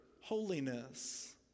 holiness